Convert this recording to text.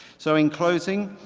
so in closing,